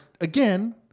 again